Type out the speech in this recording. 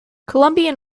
colombian